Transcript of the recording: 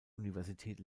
universität